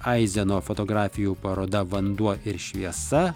aizeno fotografijų paroda vanduo ir šviesa